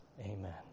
Amen